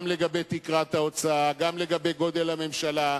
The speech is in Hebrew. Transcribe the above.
גם לגבי תקרת ההוצאה, גם לגבי גודל הממשלה,